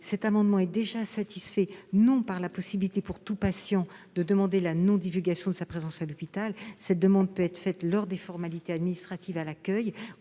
Cet amendement est déjà satisfait par la possibilité pour tout patient de demander la non-divulgation de sa présence à l'hôpital. Cette demande peut être faite lors des formalités administratives à l'accueil